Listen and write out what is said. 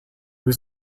was